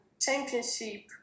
championship